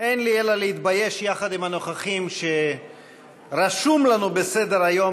אין לי אלא להתבייש יחד עם הנוכחים שרשום לנו בסדר-היום